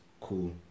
Cool